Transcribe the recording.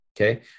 okay